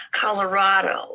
Colorado